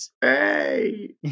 Hey